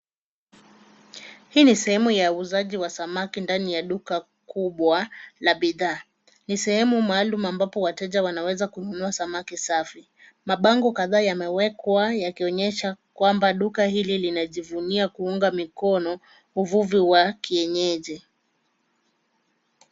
Hii ni sehemu ya uuzaji wa samaki ndani ya duka kubwa ya bidhaa. Ni sehemu maalum ambapo wateja wanaweza kununua samaki safi. Mabango kadhaa yamewekwa yakionyesha kwamba duka hili linajivunia kuunga mikono uvuvi wa kienyeji.